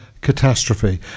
Catastrophe